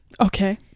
Okay